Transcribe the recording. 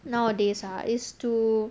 nowadays ah is to